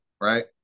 right